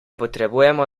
potrebujemo